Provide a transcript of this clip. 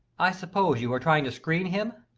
i suppose you are trying to screen him.